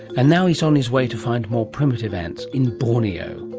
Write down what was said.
and now he's on his way to find more primitive ants in borneo